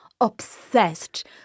obsessed